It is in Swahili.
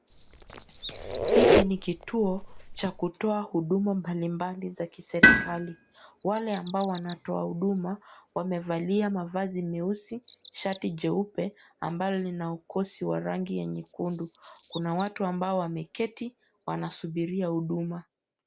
Hiki ni kituo cha kutoa huduma mbalimbali za kiserikali, wale ambao wanatoa huduma wamevalia mavazi meusi, shati jeupe ambalo lina ukosi wa rangi ya nyundu, kuna watu ambao wameketi wanasubiria huduma.